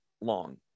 long